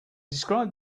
describe